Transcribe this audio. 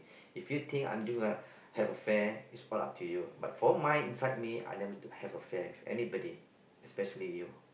if you think I doing affair is all up to you but for my inside me I never have affair with anybody especially you